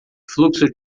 fluxo